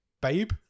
babe